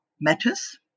matters